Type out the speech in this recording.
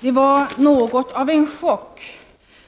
Det var något av en chock